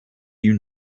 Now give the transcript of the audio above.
you